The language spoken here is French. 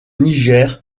niger